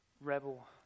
rebel